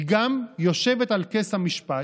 היא גם יושבת על כס המשפט,